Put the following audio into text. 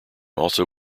also